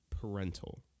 parental